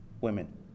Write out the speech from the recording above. women